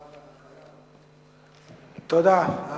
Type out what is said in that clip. תודה.